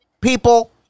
people